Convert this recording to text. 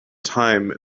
time